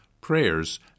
prayers